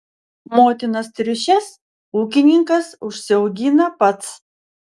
motinas triušes ūkininkas užsiaugina pats